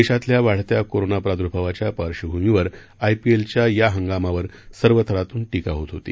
देशातल्या वाढत्या कोरोना प्राद्भावाच्या पार्श्वभूमीवर आयपीएलच्या या हंगामावर सर्व थरातून टीका होत होती